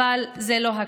אבל זה לא הכול.